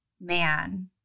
man